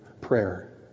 prayer